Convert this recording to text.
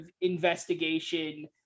investigation